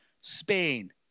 Spain